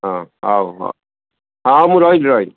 ହଁ ହଉ ହଉ ହଁ ମୁଁ ରହିଲି ରହିଲି